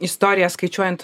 istoriją skaičiuojant